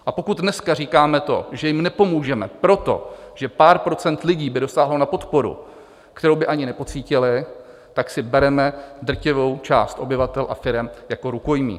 A pokud dneska říkáme to, že jim nepomůžeme proto, že pár procent lidí by dosáhlo na podporu, kterou by ani nepocítili, tak si bereme drtivou část obyvatel a firem jako rukojmí.